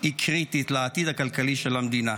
היא קריטית לעתיד הכלכלי של המדינה.